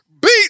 beat